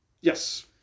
Yes